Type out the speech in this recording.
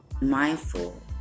mindful